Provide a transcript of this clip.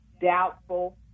doubtful